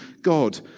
God